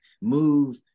move